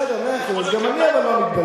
בסדר, מאה אחוז, אבל גם אני לא מתבלבל.